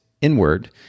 inward